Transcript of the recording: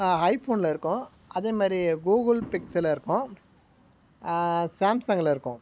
ஆ ஐஃபோனில் இருக்கும் அதே மாதிரி கூகுள் பிக்ஸில் இருக்கும் சாம்சங்கில் இருக்கும்